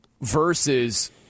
versus